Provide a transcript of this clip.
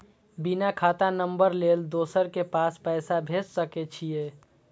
बिना खाता नंबर लेल दोसर के पास पैसा भेज सके छीए?